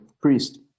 priest